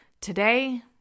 Today